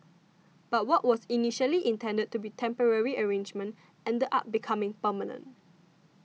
but what was initially intended to be temporary arrangement ended up becoming permanent